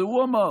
זה הוא אמר.